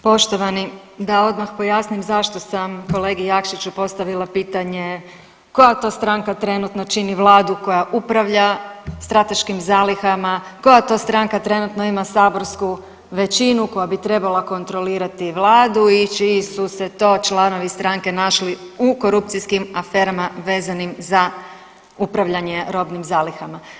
Poštovani, da odmah pojasnim zašto sam kolegi Jakšiću postavila pitanje koja to stranka trenutno čini Vladu koja upravlja strateškim zalihama, koja to stranka trenutno ima saborsku većinu koja bi trebala kontrolirati Vladu i čiji su se to članovi stranke našli u korupcijskim aferama vezanim za upravljanje robnim zalihama.